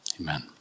amen